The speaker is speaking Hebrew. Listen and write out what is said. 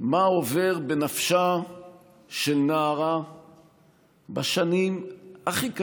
מה עובר בנפשה של נערה בשנים הכי קשות,